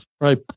Right